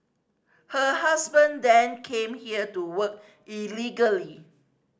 her husband then came here to work illegally